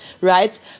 right